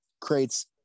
creates